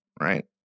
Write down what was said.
Right